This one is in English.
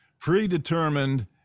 predetermined